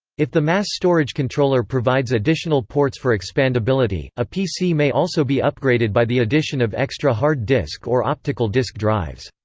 if the mass storage controller provides additional ports for expandability, a pc may also be upgraded by the addition of extra extra hard disk or optical disc drives.